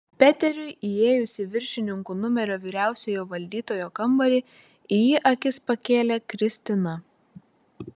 peteriui įėjus į viršininkų numerio vyriausiojo valdytojo kambarį į jį akis pakėlė kristina